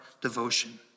devotion